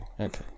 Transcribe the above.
okay